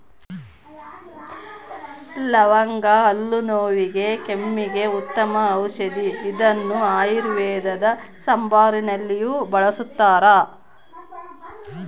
ಲವಂಗ ಹಲ್ಲು ನೋವಿಗೆ ಕೆಮ್ಮಿಗೆ ಉತ್ತಮ ಔಷದಿ ಇದನ್ನು ಆಯುರ್ವೇದ ಸಾಂಬಾರುನಲ್ಲಿಯೂ ಬಳಸ್ತಾರ